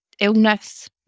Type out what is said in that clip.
illness